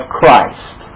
Christ